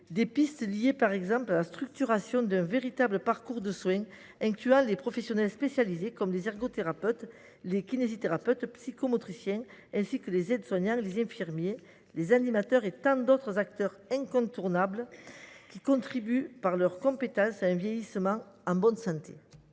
des pistes liées, par exemple, à la structuration d’un véritable parcours de soins, incluant les professionnels spécialisés, comme les ergothérapeutes, les kinésithérapeutes, les psychomotriciens, ainsi que les aides soignants, les infirmiers, les animateurs et tant d’autres acteurs incontournables, qui contribuent, par leurs compétences, à un vieillissement en bonne santé.